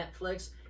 Netflix